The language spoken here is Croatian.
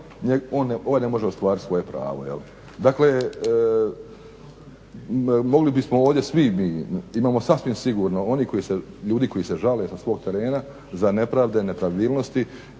ovaj ne može ostvariti svoje pravo, jel? Dakle mogli bismo ovdje svi mi, imamo sasvim sigurno oni koji se žale, ljudi koji se žale sa svog terena za nepravde, nepravilnosti